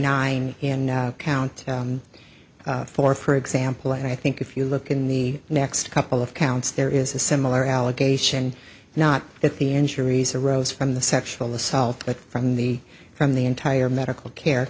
nine in count four for example and i think if you look in the next couple of counts there is a similar allegation not that the injuries arose from the sexual assault but from the from the entire medical care